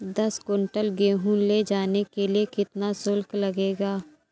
दस कुंटल गेहूँ ले जाने के लिए कितना शुल्क लगेगा?